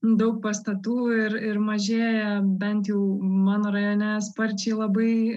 daug pastatų ir ir mažėja bent jau mano rajone sparčiai labai